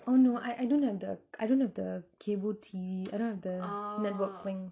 oh no I I don't have the I don't have the cable T_V I don't have the network thing